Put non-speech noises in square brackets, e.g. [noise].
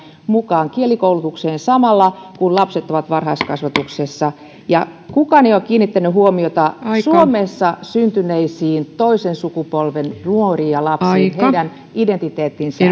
mukaan kielikoulutukseen samalla kun lapset ovat varhaiskasvatuksessa kukaan ei ole kiinnittänyt huomiota suomessa syntyneisiin toisen sukupolven nuoriin ja lapsiin heidän identiteettinsä [unintelligible]